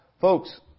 folks